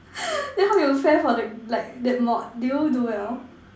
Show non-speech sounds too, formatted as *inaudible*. *noise* then how you fare for the like that mod did you do well